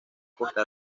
costa